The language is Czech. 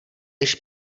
již